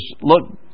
look